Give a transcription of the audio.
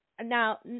now